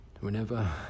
Whenever